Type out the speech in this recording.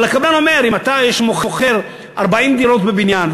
אבל הקבלן אומר: אם אתה מוכר 40 דירות בבניין,